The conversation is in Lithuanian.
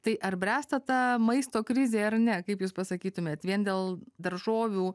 tai ar bręsta ta maisto krizė ar ne kaip jūs pasakytumėt vien dėl daržovių